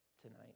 tonight